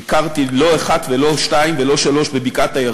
ביקרתי לא פעם אחת ולא פעמיים ולא שלוש בבקעת-הירדן,